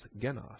genos